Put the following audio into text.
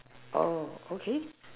oh okay